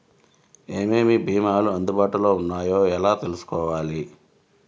ఏమేమి భీమాలు అందుబాటులో వున్నాయో ఎలా తెలుసుకోవాలి?